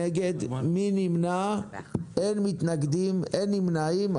אין מתנגדים, אין נמנעים.